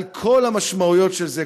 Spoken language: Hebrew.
על כל המשמעויות של זה,